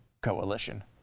coalition